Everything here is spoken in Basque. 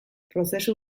prozesu